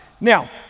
Now